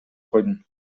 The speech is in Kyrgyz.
койдум